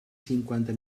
cinquanta